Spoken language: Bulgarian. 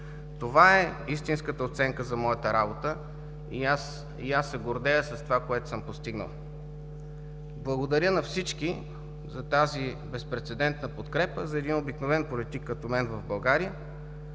Това е истинската оценка за моята работа. Аз се гордея с това, което съм постигнал! Благодаря на всички за тази безпрецедентна подкрепа за един обикновен политик като мен в България.